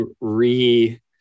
re-